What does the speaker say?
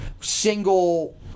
single